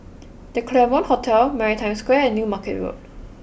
the Claremont Hotel Maritime Square and New Market Road